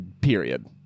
period